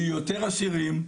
יהיו יותר אסירים,